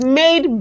made